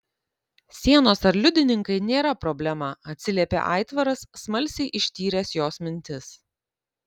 sienos ar liudininkai nėra problema atsiliepė aitvaras smalsiai ištyręs jos mintis